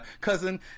cousin